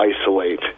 isolate